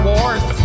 Wars